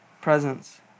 presence